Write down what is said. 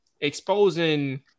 exposing